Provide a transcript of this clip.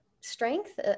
strength